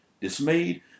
dismayed